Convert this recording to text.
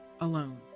alone